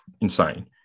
insane